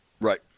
Right